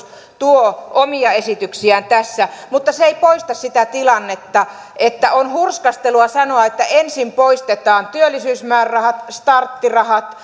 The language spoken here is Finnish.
tuo omia esityksiään tässä mutta se ei poista sitä tilannetta että on hurskastelua sanoa että ensin poistetaan työllisyysmäärärahat starttirahat